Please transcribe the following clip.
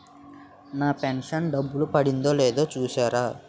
నా pension డబ్బులు పడిందో లేదో చూస్తారా?